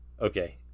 Okay